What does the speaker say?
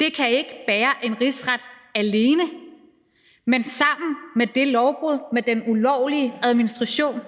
Det kan ikke bære en rigsret alene, men sammen med det lovbrud, med den ulovlige administration,